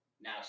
now